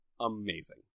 Amazing